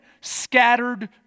scattered